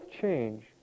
change